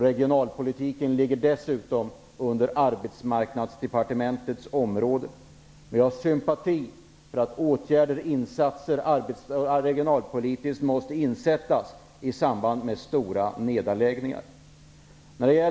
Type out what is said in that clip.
Regionalpolitiken ligger dessutom under Jag hyser sympati för att regionalpolitiska åtgärder måste vidtas i samband med nedläggningar.